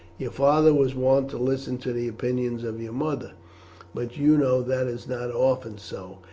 your father was wont to listen to the opinions of your mother but you know that is not often so,